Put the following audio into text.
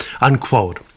Unquote